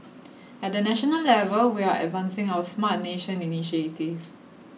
at the national level we are advancing our Smart Nation Initiative